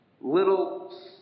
little